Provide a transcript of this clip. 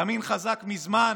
ימין חזק מזמן